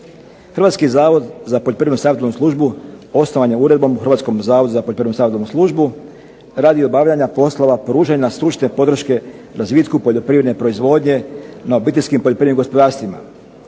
Hrvatski zavod za poljoprivrednu savjetodavnu službu osnovan je Uredbom Hrvatskog zavoda za poljoprivrednu savjetodavnu službu radi obavljanja poslova pružanja stručne podrške razvitku poljoprivredne proizvodnje na obiteljskim poljoprivrednim gospodarstvima.